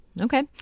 okay